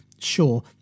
sure